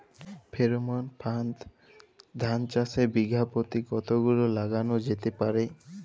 Pheromone ফাঁদ ধান চাষে বিঘা পতি কতগুলো লাগানো যেতে পারে?